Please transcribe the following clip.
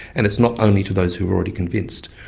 and it's not only to those who are already convinced.